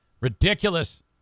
ridiculous